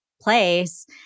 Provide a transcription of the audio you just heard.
place